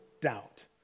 doubt